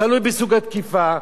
תלוי בסוג התקיפה,